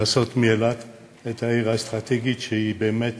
לעשות מאילת את העיר האסטרטגית שהיא באמת